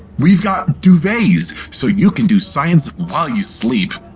we've got duvets, so you can do science while you sleep!